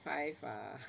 five ah